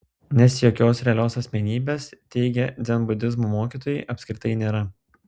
nes jokios realios asmenybės teigia dzenbudizmo mokytojai apskritai nėra